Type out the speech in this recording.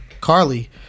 Carly